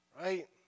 right